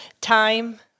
time